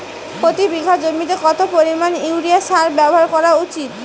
প্রতি বিঘা জমিতে কত পরিমাণ ইউরিয়া সার ব্যবহার করা উচিৎ?